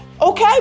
Okay